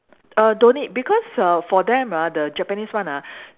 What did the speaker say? err don't need because err for them ah the Japanese one ah